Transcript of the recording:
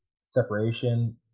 separation